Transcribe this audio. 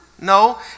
No